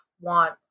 want